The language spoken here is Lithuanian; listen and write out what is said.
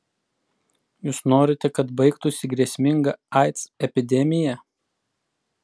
jūs norite kad baigtųsi grėsminga aids epidemija